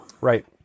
Right